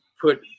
put